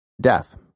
death